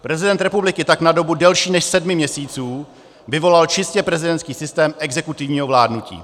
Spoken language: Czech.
Prezident republiky tak na dobu delší než sedmi měsíců vyvolal čistě prezidentský systém exekutivního vládnutí.